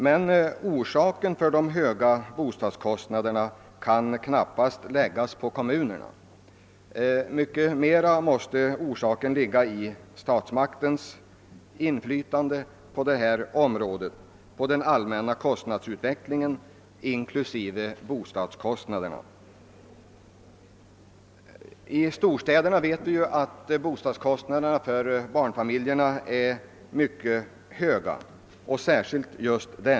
Men att bostadskostnaderna är höga kan knappast kommunerna lastas för. Det måste till betydande del hänföras till statsmakternas inflytande på detta område, på den allmänna kostnadsutvecklingen i samhället inklusive bostadskostnaderna. Särskilt i storstäderna är bostadskostnaderna för barnfamiljer mycket höga; det vet vi.